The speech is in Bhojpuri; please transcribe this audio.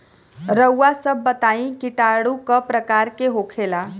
रउआ सभ बताई किटाणु क प्रकार के होखेला?